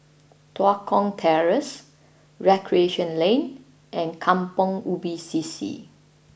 Tua Kong Terrace Recreation Lane and Kampong Ubi C C